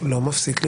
אתה לא מפסיק לקטוע.